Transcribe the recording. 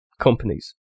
companies